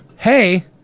Hey